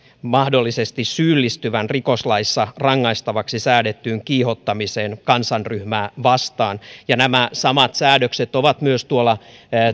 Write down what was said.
mahdollisesti syyllistyvän rikoslaissa rangaistavaksi säädettyyn kiihottamisen kansanryhmää vastaan nämä samat säädökset ovat myös tuolla